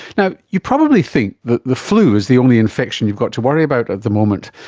now, you probably think that the flu is the only infection you've got to worry about at the moment,